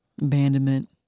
abandonment